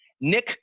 Nick